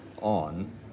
on